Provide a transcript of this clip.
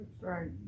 right